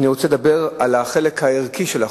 אני רוצה לדבר על החלק הערכי של החוק,